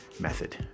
method